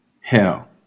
hell